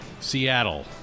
Seattle